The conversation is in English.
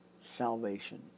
salvation